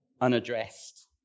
unaddressed